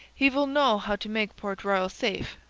he vill know how to make port royal safe,